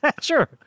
Sure